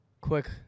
quick